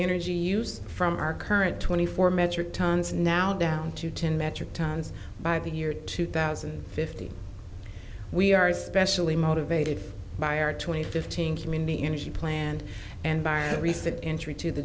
energy use from our current twenty four metric tons now down to ten metric tons by the year two thousand and fifty we are especially motivated by our twenty fifteen community energy plan and by a recent entry to the